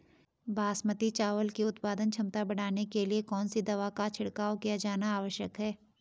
बासमती चावल की उत्पादन क्षमता बढ़ाने के लिए कौन सी दवा का छिड़काव किया जाना आवश्यक है?